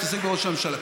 אני מתעסק בראש הממשלה.